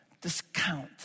discount